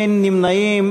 אין נמנעים.